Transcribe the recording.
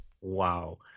wow